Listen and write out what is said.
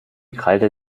krallte